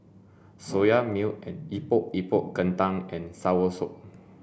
soya milk and epok epok kentang and soursop